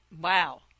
Wow